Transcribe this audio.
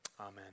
Amen